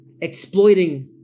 exploiting